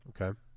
Okay